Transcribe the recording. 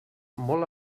molt